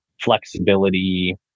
flexibility